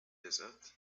desert